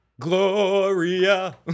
Gloria